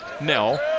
Nell